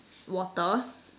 water